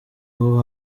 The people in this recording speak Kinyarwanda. aho